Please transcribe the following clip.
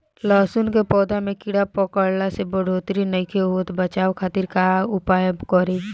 लहसुन के पौधा में कीड़ा पकड़ला से बढ़ोतरी नईखे होत बचाव खातिर का उपाय करी?